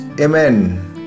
Amen